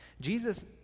Jesus